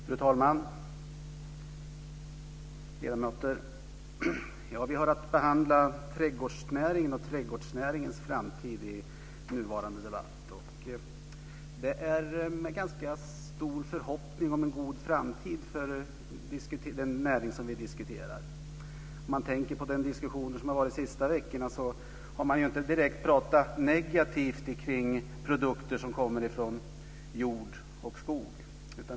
Fru talman! Ledamöter! Vi har att behandla trädgårdsnäringen och trädgårdsnäringens framtid i nuvarande debatt. Det finns en ganska stor förhoppning om en god framtid för den näring som vi diskuterar. Om man tänker på den diskussion som har varit de sista veckorna har man ju inte direkt pratat negativt omkring detta med produkter som kommer från jord och skog.